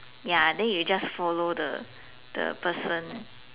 ya then you just follow the the person